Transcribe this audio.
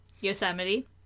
Yosemite